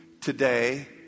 today